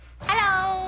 Hello